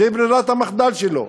זו ברירת המחדל שלו: